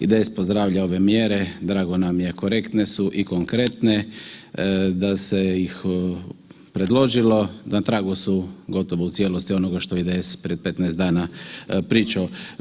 IDS pozdravlja ove mjere, drago nam je korektne su i konkretne da se ih predložilo, na tragu su gotovo u cijelosti onoga što je IDS prije 15 dana pričao.